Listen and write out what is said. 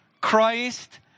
Christ